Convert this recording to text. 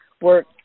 work